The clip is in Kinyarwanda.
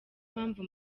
mpamvu